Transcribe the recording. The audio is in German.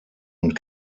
und